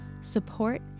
support